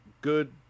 good